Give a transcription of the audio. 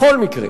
בכל מקרה,